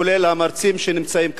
כולל המרצים שנמצאים כאן,